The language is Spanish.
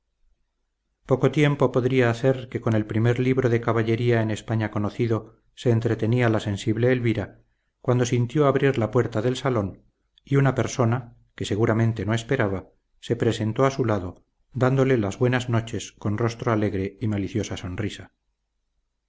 poco tiempo podría hacer que con el primer libro de caballería en españa conocido se entretenía la sensible elvira cuando sintió abrir la puerta del salón y una persona que seguramente no esperaba se presentó a su lado dándole las buenos noches con rostro alegre y maliciosa sonrisa